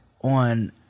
on